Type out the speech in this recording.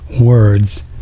words